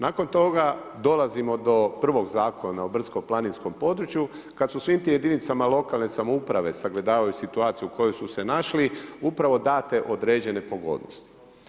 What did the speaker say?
Nakon toga dolazimo do prvog zakona o brdsko planinskom području kad su svim tim jedinicama lokalne samouprave sagledavaju situaciju u kojoj su se našli, upravo date određene pogodnosti.